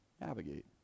navigate